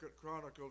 Chronicles